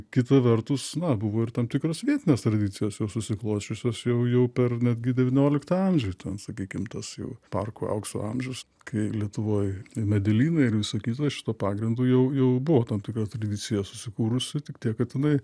kita vertus na buvo ir tam tikros vietinės tradicijos jau susiklosčiusios jau jau per netgi devynioliktą amžių ten sakykim tas jau parkų aukso amžius kai lietuvoj medelynai ir visa kita šituo pagrindu jau jau buvo tam tikra tradicija susikūrusi tik tiek kad jinai